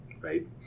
right